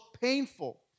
painful